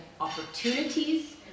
opportunities